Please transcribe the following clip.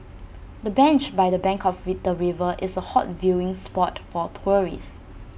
the bench by the bank of feather river is A hot viewing spot for tourists